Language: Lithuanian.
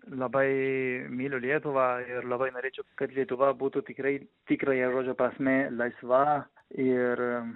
labai myliu lietuvą ir labai norėčiau kad lietuva būtų tikrai tikrąją žodžio prasme laisva ir